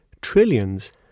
trillions